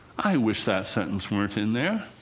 i wish that sentence weren't in there,